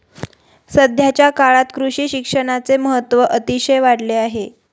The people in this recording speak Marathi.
सध्याच्या काळात कृषी शिक्षणाचे महत्त्व अतिशय वाढले आहे